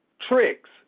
tricks